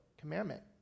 commandment